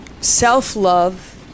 self-love